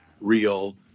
real